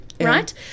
right